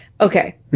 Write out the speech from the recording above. Okay